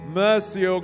mercy